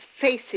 facing